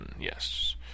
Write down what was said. Yes